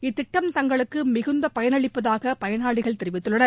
இத்திட்டம் தங்களுக்கு மிகுந்த பயனளிப்பதாக பயனாளிகள் தெரிவித்தனர்